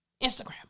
Instagram